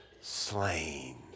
slain